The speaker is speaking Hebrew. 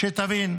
שתבין.